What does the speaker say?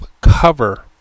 cover